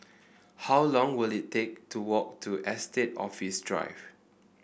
how long will it take to walk to Estate Office Drive